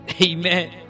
amen